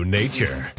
nature